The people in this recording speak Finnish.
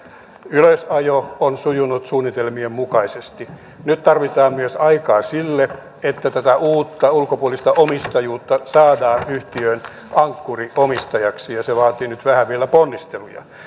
ylösajo on sujunut suunnitelmien mukaisesti ja nyt tarvitaan myös aikaa sille että tätä uutta ulkopuolista omistajuutta saadaan yhtiöön ankkuriomistajaksi ja se vaatii nyt vähän vielä ponnisteluja